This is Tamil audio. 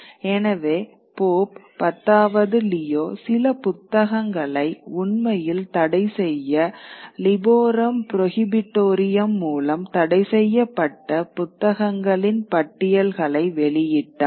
எனவே போப் பத்தாவது லியோ சில புத்தகங்களை உண்மையில் தடைசெய்ய லிபோரம் ப்ரோஹிபிட்டோரியம் மூலம் தடைசெய்யப்பட்ட புத்தகங்களின் பட்டியல்கள் வெளியிட்டார்